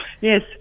Yes